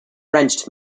wrenched